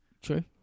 True